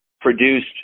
produced